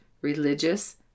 religious